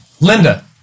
Linda